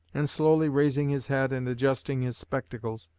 and slowly raising his head and adjusting his spectacles,